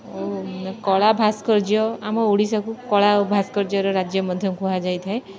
ଓ କଳା ଭାସ୍କର୍ଯ୍ୟ ଆମ ଓଡ଼ିଶାକୁ କଳା ଓ ଭାସ୍କର୍ଯ୍ୟର ରାଜ୍ୟ ମଧ୍ୟ କୁହାଯାଇଥାଏ